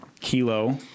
Kilo